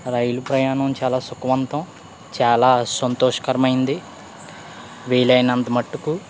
రైలు ప్రయాణం చాలా సుఖవంతం చాలా సంతోషకరమైంది వీలైనంతమట్టుకు